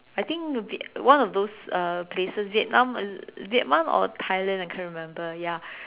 I think it'll be one of those uh places Vietnam is Vietnam or Thailand I can't remember ya